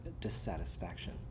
dissatisfaction